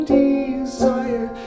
desire